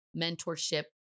mentorship